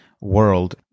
world